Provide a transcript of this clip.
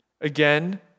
Again